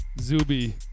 Zuby